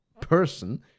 person